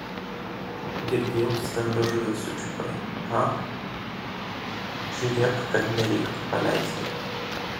girdėjau stambią žuvį sučiupai a žiūrėk kad nereiktų paleisti